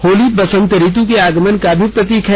होली बसंत ऋतु के आगमन का भी प्रतीक है